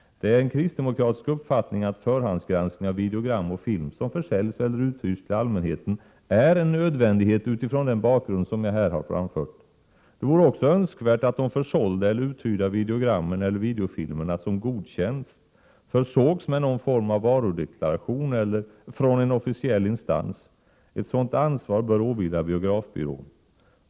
Det är en kristdemokratisk uppfattning att förhandsgranskning av videogram och film, som försäljs eller uthyrs till allmänheten, är en nödvändighet utifrån den bakgrund som jag här har framfört. Det vore också önskvärt att de försålda eller uthyrda videogrammen eller videofilmerna som godkänts försågs med någon form av varudeklaration från en officiell instans. Ett sådant ansvar bör åvila biografbyrån.